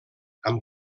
amb